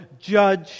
judge